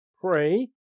Pray